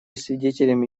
свидетелями